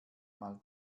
mal